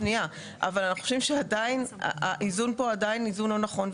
אבל אנחנו חושבים שהאיזון פה עדיין איזון לא נכון.